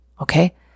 okay